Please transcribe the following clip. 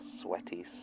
sweaty